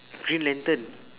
green lantern